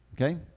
Okay